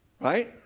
right